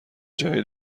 جای